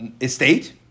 estate